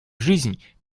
жизнь